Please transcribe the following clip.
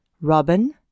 Robin